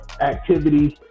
activities